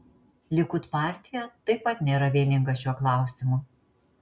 likud partija taip pat nėra vieninga šiuo klausimu